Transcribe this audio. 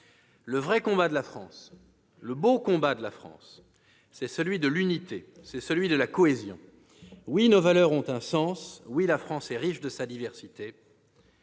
Le vrai combat de la France, le beau combat de la France, c'est celui de l'unité, c'est celui de la cohésion. Oui, nos valeurs ont un sens ! Oui, la France est riche de sa diversité